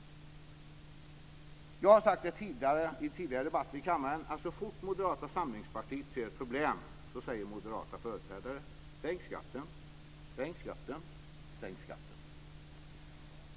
Jag har sagt det i tidigare debatter i kammaren: Så fort Moderata samlingspartiet ser problem säger moderata företrädare: Sänk skatten, sänk skatten, sänk skatten!